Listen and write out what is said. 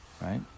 right